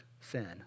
sin